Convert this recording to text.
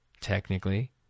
technically